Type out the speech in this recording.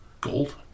Gold